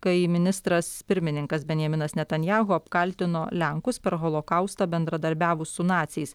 kai ministras pirmininkas benjaminas netanjahu apkaltino lenkus per holokaustą bendradarbiavus su naciais